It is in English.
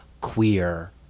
queer